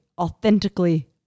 authentically